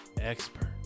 expert